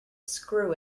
screw